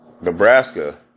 Nebraska